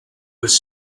was